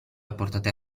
apportate